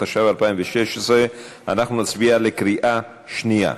התשע"ו 2016. אנחנו נצביע בקריאה שנייה.